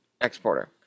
Exporter